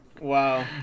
Wow